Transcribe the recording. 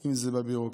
אם זה בביורוקרטיה,